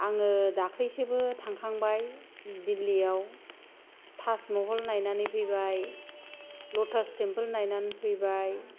आङो दाख्लिसोबो थांखांबाय दिल्लियाव ताज महाल नायनानै फैबाय लटास टेमपोल नायनानै फैबाय